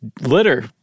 litter